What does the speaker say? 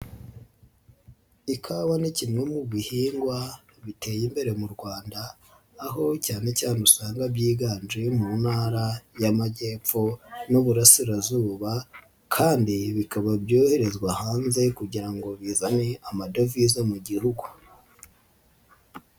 Ikawa ni kimwe mu bihingwa biteye imbere mu Rwanda aho cyane cyane usanga byiganje mu ntara y'Amajyepfo n'Uburasirazuba kandi bikaba byoherezwa hanze kugira ngo bizane amadovize mu Gihugu.